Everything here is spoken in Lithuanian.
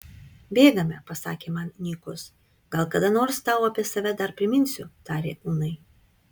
bėgame pasakė man nykus gal kada nors tau apie save dar priminsiu tarė unai